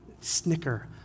snicker